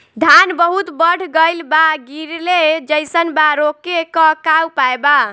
धान बहुत बढ़ गईल बा गिरले जईसन बा रोके क का उपाय बा?